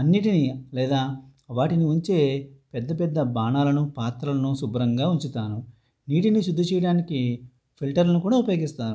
అన్నింటిని లేదా వాటిని ఉంచే పెద్ద పెద్ద బాణాలను పాత్రలను శుభ్రంగా ఉంచుతాను నీటిని శుద్ధి చేయడానికి ఫిల్టర్ను కూడా ఉపయోగిస్తాను